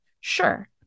Sure